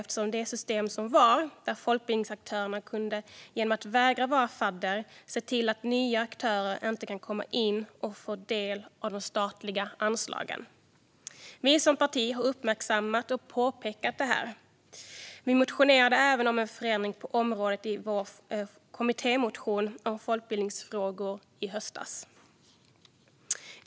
I det system som har gällt har folkbildningsaktörerna kunnat vägra vara fadder och därmed se till att nya aktörer inte kunnat komma in och få del av de statliga anslagen. Vi som parti har uppmärksammat och påpekat det här. Vi motionerade även om en förändring på området i vår kommittémotion om folkbildningsfrågor i höstas.